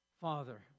Father